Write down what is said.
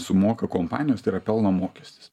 sumoka kompanijos tai yra pelno mokestis